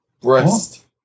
Breast